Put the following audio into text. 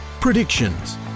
predictions